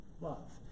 love